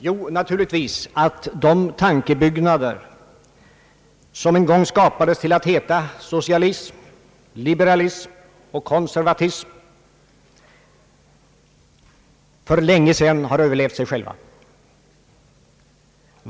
Jo, naturligtvis att de tankebyggnader som en gång skapades till att heta socialism, liberalism och konservatism för länge sedan har överlevt sig själva.